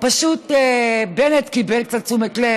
פשוט בנט קיבל קצת תשומת לב,